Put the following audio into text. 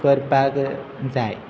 करपाक जाय